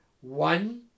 one